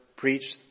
Preach